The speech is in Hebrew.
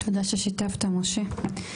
תודה ששיתפת, משה.